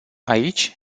aici